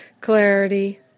Clarity